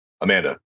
Amanda